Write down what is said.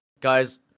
Guys